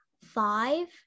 five